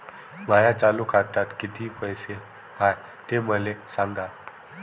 माया चालू खात्यात किती पैसे हाय ते मले सांगा